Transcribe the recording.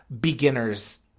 beginner's